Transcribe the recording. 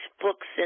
books